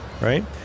Right